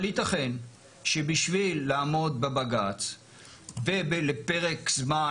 אבל יתכן שבשביל לעמוד בבג"צ ולפרק זמן